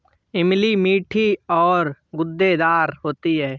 इमली मीठी और गूदेदार होती है